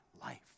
life